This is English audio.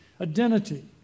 Identity